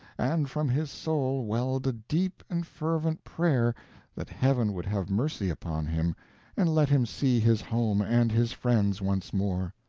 and from his soul welled a deep and fervent prayer that heaven would have mercy upon him and let him see his home and his friends once more.